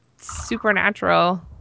Supernatural